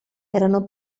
erano